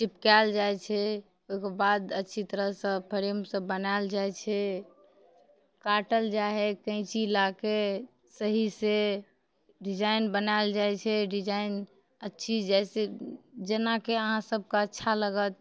चिपकाएल जाइ छै ओहिके बाद अच्छी तरह सँ फ्रेमसँ बनाएल जाइ छै काटल जाइ हइ कैची लाके सही से डिजाइन बनाएल जाइ छै डिजाइन अच्छी जाइ छै जेनाकि अहाँ सभके अच्छा लागत